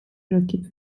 rakip